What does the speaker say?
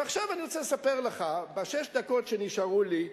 ועכשיו אני רוצה לספר לך, בשש הדקות שנשארו לי,